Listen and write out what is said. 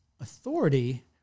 authority